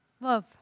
Love